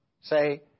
Say